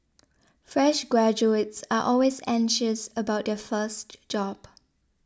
fresh graduates are always anxious about their first job